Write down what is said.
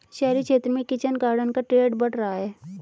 शहरी क्षेत्र में किचन गार्डन का ट्रेंड बढ़ रहा है